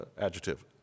adjective